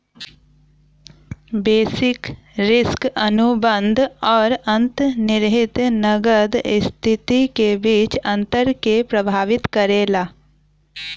basis risk अनुबंध आउर अंतर्निहित नकद स्थिति के बीच अंतर के प्रभावित करला